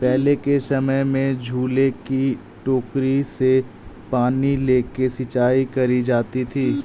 पहले के समय में झूले की टोकरी से पानी लेके सिंचाई करी जाती थी